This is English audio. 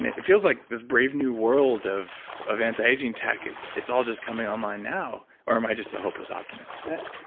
and it it feels like this brave new world of of anti-aging tech is it's all just coming online now, or am i just a hopeless optimist?